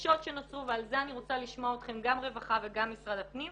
הקשות שנוצרו ועל זה אני רוצה לשמוע אתכם גם רווחה וגם משרד הפנים,